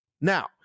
Now